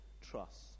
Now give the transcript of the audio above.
trust